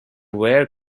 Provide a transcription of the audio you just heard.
wear